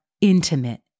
intimate